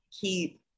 keep